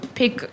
pick